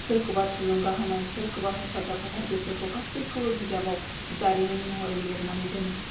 सोरखौबा थुलुंगा होनाय सोरखौबा हेफाजाब होनाय बेफोरखौ गासैखौबो बिजाबाव जारिमिन महरै लिरनानै दोनो